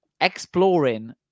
exploring